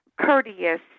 courteous